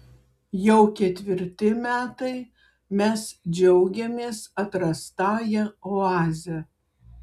jau ketvirti metai mes džiaugiamės atrastąja oaze